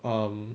mm